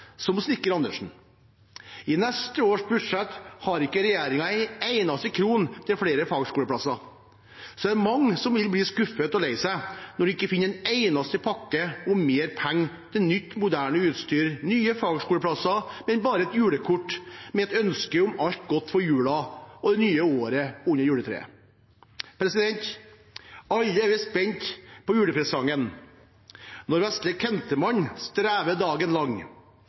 som snekker Andersen. I neste års budsjett har ikke regjeringen en eneste krone til flere fagskoleplasser, så det er mange som vil bli skuffet og lei seg når de ikke finner en eneste pakke med mer penger til nytt moderne utstyr eller nye fagskoleplasser under juletreet, men bare et julekort med et ønske om alt godt for julen og det nye året. Alle er vi spent på julepresangen. Vesle Kentemann strever lang,